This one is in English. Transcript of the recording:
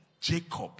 Jacob